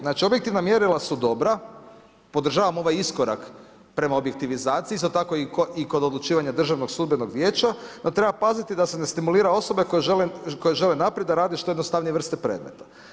Znači, objektivna mjerila su dobra, podržavam ovaj iskorak prema objektivizaciji, isto tako i kod odlučivanja DSV-a, no treba paziti da se ne stimulira osoba koje žele naprijed, a rade što jednostavnije vrste predmeta.